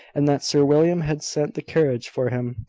and that sir william had sent the carriage for him.